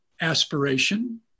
aspiration